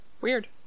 Weird